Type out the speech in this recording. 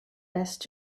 best